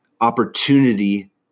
opportunity